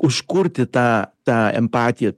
užkurti tą tą empatiją